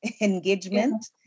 engagement